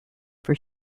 for